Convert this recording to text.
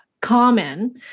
common